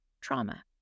trauma